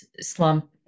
slump